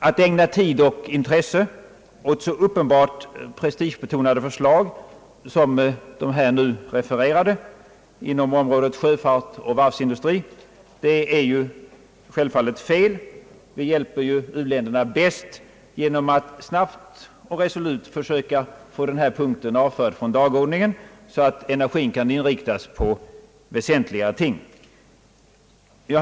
Att ägna tid och intresse åt så uppenbart prestigebetonade förslag som de nu refererade inom området sjöfart och varvsindustri är självfallet fel. Vi hjälper ju u-länderna bäst genom att snabbt och resolut försöka få den här punkten avförd från dagordningen, så att energin kan inriktas på väsentligare ting.